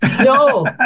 No